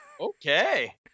Okay